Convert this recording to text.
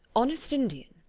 honest indian!